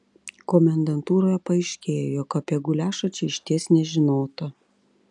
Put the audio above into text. komendantūroje paaiškėjo jog apie guliašą čia išties nežinota